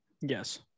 Yes